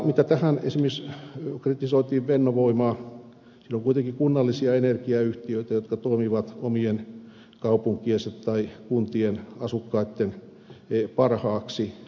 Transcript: mitä tulee tähän kun esimerkiksi kritisoitiin fennovoimaa siinä on kuitenkin kunnallisia energiayhtiöitä jotka toimivat omien kaupunkiensa tai kuntien asukkaitten parhaaksi